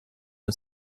and